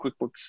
QuickBooks